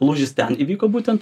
lūžis ten įvyko būtent